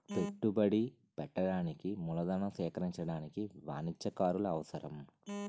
పెట్టుబడి పెట్టడానికి మూలధనం సేకరించడానికి వాణిజ్యకారులు అవసరం